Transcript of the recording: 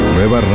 Nueva